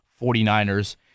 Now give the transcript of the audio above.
49ers